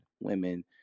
women